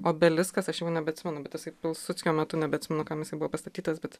obeliskas aš jau nebeatsimenu bet jisai pilsudskio metu nebeatsimenu kam jisai buvo pastatytas bet